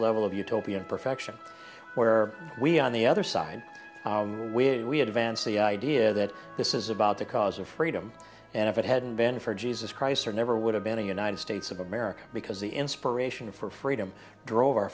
level of utopian perfection where we on the other side where we had advanced the idea that this is about the cause of freedom and if it hadn't been for jesus christ or never would have been a united states of america because the inspiration for freedom drove our